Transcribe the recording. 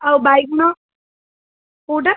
ଆଉ ବାଇଗଣ କେଉଁଟା